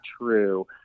true